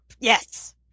Yes